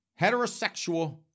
heterosexual